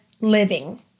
living